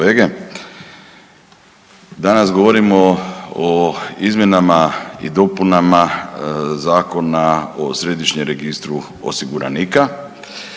danas govorimo o izmjenama i dopunama Zakona o Središnjem registru osiguranika